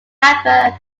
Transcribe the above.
hamburg